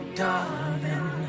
darling